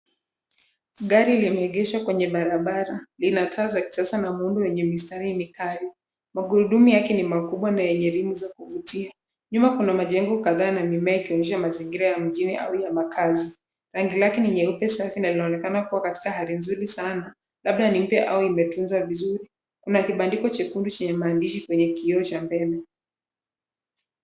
Gari limeegeshwa kwenye barabara. Lina taa za kisasa na muundo wenye mistari mikali. Magurudumu yake ni makubwa na yenye rimu za kuvutia. Nyuma kuna majengo kadhaa na mimea ikionyesha mazingira ya mjini au ya makazi. Rangi lake ni nyeupe safi na linaonekana kuwa katika hali nzuri sana, labda ni mpya au imetunzwa vizuri. Kuna kibandiko chekundu chenye maandishi kwenye kioo cha mbele.